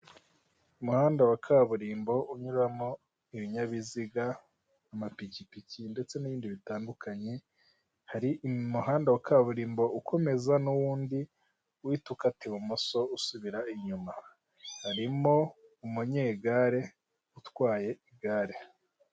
Umuhanda wa kaburimbo unyuramo ibinyabiziga, amapikipiki ndetse n'ibindi bitandukanye, hari umuhanda wa kaburimbo ukomeza n'uwundi uhita ukata ibumoso usubira inyuma. Harimo umunyegare utwaye igare.